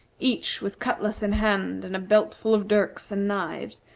each with cutlass in hand and a belt full of dirks and knives,